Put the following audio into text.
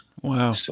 Wow